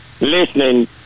listening